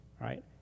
Right